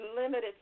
limited